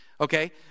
okay